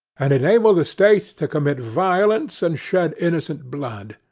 and enable the state to commit violence and shed innocent blood.